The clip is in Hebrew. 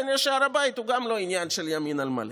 כנראה שהר הבית הוא גם לא עניין של ימין על מלא.